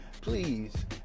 please